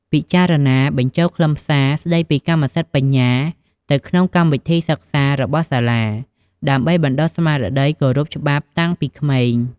ពិចារណាបញ្ចូលខ្លឹមសារស្តីពីសិទ្ធិកម្មសិទ្ធិបញ្ញាទៅក្នុងកម្មវិធីសិក្សារបស់សាលា ដើម្បីបណ្តុះស្មារតីគោរពច្បាប់តាំងពីក្មេង។